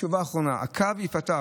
התשובה האחרונה: הקו ייפתח,